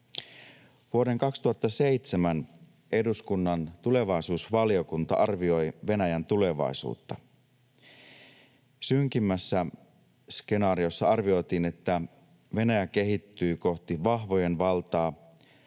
Vuoden 2007 eduskunnan tulevaisuusvaliokunta arvioi Venäjän tulevaisuutta. Synkimmässä skenaariossa arvioitiin, että Venäjä kehittyy kohti vahvojen valtaa,